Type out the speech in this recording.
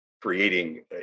creating